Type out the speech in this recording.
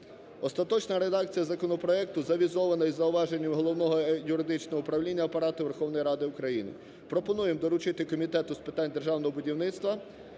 Остаточна редакція законопроекту завізована із зауваженнями Головного юридичного управління Апарату Верховної Ради України. Пропонуємо доручити Комітету з питань державного будівництва